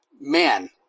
man